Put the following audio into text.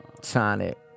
Sonic